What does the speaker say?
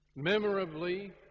memorably